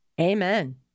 Amen